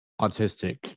autistic